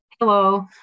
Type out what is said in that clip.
Hello